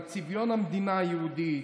על צביון המדינה היהודית,